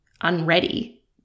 unready